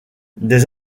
des